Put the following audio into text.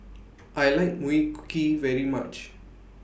I like Mui cookie very much